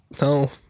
No